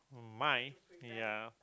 might ya